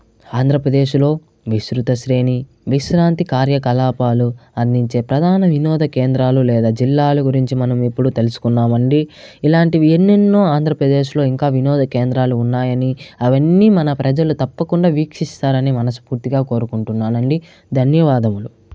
ఆంధ్రప్రదేశ్లో విస్తృత శ్రేణి విశ్రాంతి కార్యకలాపాలు అందించే ప్రధాన వినోద కేంద్రాలు లేదా జిల్లాల గురించి మనం ఇప్పుడు తెలుసుకున్నామండీ ఇలాంటివి ఎన్నెన్నో ఆంధ్రప్రదేశ్లో ఇంకా వినోద కేంద్రాలు ఉన్నాయని అవన్నీ మన ప్రజలు తప్పకుండా వీక్షిస్తారని మనస్ఫూర్తిగా కోరుకుంటున్నానండీ ధన్యవాదములు